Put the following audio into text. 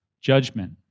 judgment